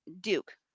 Duke